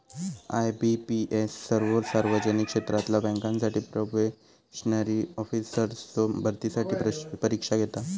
IBPS सर्वो सार्वजनिक क्षेत्रातला बँकांसाठी प्रोबेशनरी ऑफिसर्सचो भरतीसाठी परीक्षा घेता